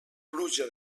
pluja